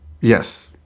Yes